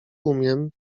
umiem